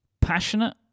passionate